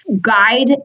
guide